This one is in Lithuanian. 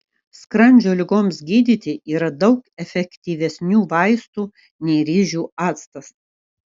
skrandžio ligoms gydyti yra daug efektyvesnių vaistų nei ryžių actas